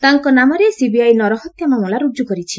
ତାଙ୍କ ନାମରେ ସିବିଆଇ ନରହତ୍ୟା ମମଲା ରୁଜ୍ଜୁ କରିଛି